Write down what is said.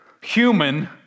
human